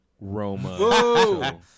Roma